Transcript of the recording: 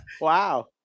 Wow